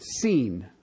seen